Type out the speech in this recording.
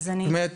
זאת אומרת,